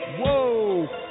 whoa